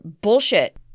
bullshit